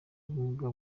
ubumuga